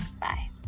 Bye